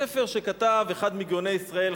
ספר שכתב אחד מגאוני ישראל,